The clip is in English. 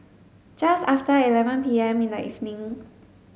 just after eleven P M in the evening